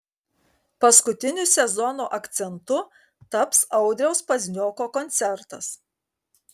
paskutiniu sezono akcentu taps audriaus paznioko koncertas